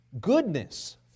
goodness